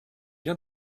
bien